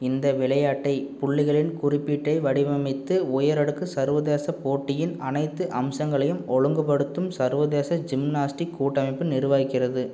இந்த விளையாட்டை புள்ளிகளின் குறிப்பிட்டு வடிவமைத்து உயரடுக்கு சர்வதேச போட்டியின் அனைத்து அம்சங்களையும் ஒழுங்குபடுத்தும் சர்வதேச ஜிம்னாஸ்டிக் கூட்டமைப்பு நிர்வகிக்கிறது